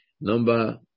Number